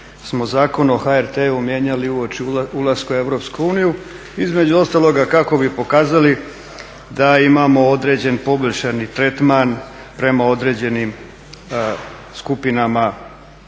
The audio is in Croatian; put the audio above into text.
smo Zakon o HRT-u mijenjali uoči ulaska u EU, između ostaloga kako bi pokazali da imamo određeni poboljšani tretman prema određenim skupinama u